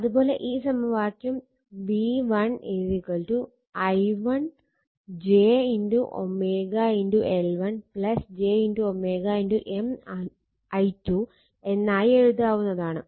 അത് പോലെ ഈ സമവാക്യം v1 i1 j L1 j M i2 എന്നായി എഴുതാവുന്നതാണ്